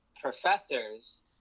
professors